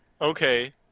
Okay